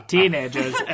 Teenagers